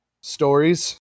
stories